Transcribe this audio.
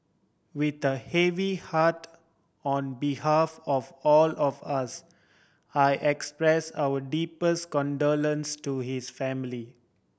with the heavy heart on behalf of all of us I express our deepest condolence to his family